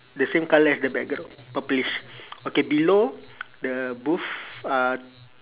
the same colour as the background purplish okay below the booth uh